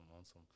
awesome